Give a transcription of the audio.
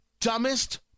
dumbest